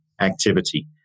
activity